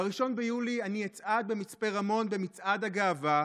ב-1 ביולי אני אצעד במצפה רמון במצעד הגאווה,